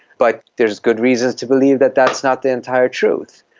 but there's good reasons to believe that that's not the entire truth.